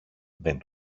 δεν